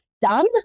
done